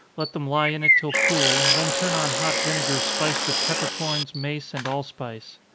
let them lie in it till cool, then turn on hot vinegar spiced with peppercorns, mace and allspice.